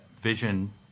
Vision